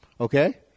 Okay